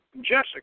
Jessica